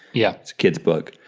yeah. it's a kids book.